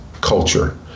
culture